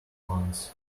month